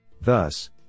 Thus